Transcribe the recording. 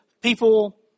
people